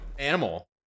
animal